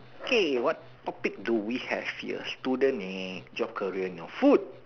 okay what topic do we have here student eh job career no food